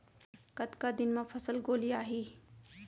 कतका दिन म फसल गोलियाही?